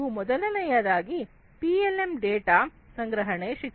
ಮೊದಲನೆಯದಾಗಿ PLM data ಸಂಗ್ರಹಣೆ ಶಿಕ್ಷಣ